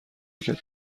کرد